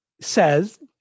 says